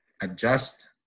adjust